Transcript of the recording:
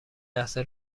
لحظه